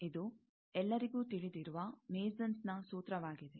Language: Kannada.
ಇದು ಎಲ್ಲರಿಗೂ ತಿಳಿದಿರುವ ಮೇಸನ್Masonsನ ಸೂತ್ರವಾಗಿದೆ